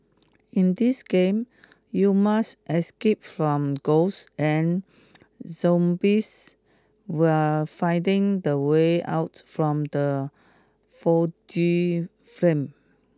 in this game you must escape from ghosts and zombies while finding the way out from the foggy frame